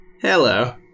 Hello